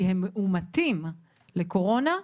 כי הם מאומתים לקורונה,